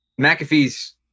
McAfee's